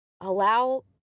Allow